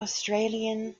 australian